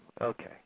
Okay